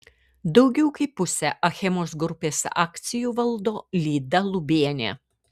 daugiau kaip pusę achemos grupės akcijų valdo lyda lubienė